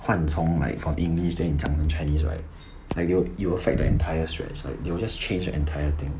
换从 like from english then 你讲 in chinese right like they will it will affect the entire stretch like they will just change the entire thing